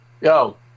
Yo